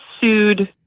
sued